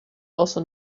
also